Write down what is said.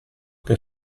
che